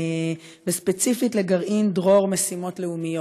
וספציפית לגרעין דרור משימות לאומיות.